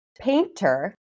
painter